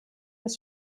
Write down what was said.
des